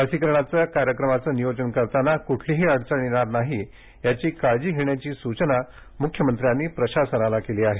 लसीकरण कार्यक्रमाचं नियोजन करताना कुठलीही अडचण येणार नाही याची काळजी घेण्याची सूचना मुख्यमंत्र्यांनी प्रशासनाला केली आहे